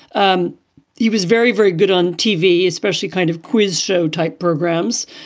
um he was very, very good on tv, especially kind of quiz show type programs.